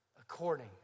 according